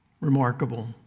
Remarkable